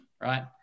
right